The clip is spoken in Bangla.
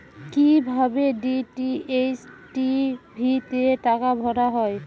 কি ভাবে ডি.টি.এইচ টি.ভি তে টাকা ভরা হয়?